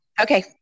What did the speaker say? Okay